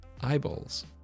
Eyeballs